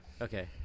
okay